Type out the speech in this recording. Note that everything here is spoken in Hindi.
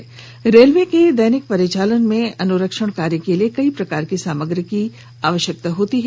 ज्ञात हो कि रेलवे के दैनिक परिचालन में अनुरक्षण के कार्य के लिए कई प्रकार की सामग्री की आवश्यकता होती है